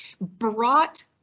brought